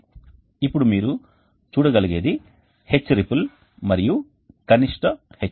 ఇప్పుడు మీరు చూడగలిగేది H రిపుల్ మరియు కనిష్ట H0